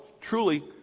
truly